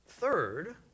Third